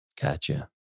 Gotcha